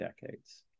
decades